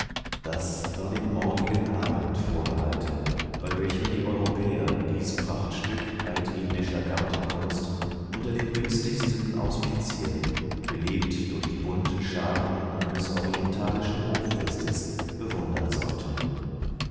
das war dem morgigen abend vorbehalten bei welchem die europäer dies prachtstück altindischer gartenkunst unter den günstigsten auspizien belebt durch die bunten scharen eines orientalischen hoffestes bewundern sollten